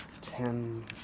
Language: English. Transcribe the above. Ten